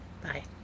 Bye